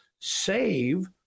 save